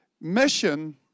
mission